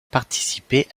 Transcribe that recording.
participer